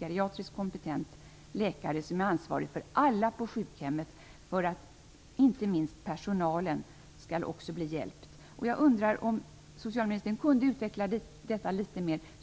geriatriskt kompetent läkare som är ansvarig för alla på sjukhemmet för att inte minst personalen också skall bli hjälpt. Jag undrar om socialministern kunde utveckla detta litet mer.